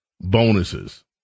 bonuses